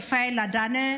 רפאל אדנה,